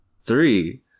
Three